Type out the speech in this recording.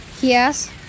Yes